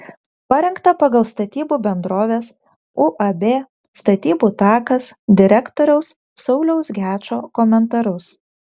parengta pagal statybų bendrovės uab statybų takas direktoriaus sauliaus gečo komentarus